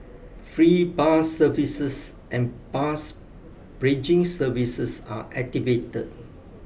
free bus services and bus bridging services are activated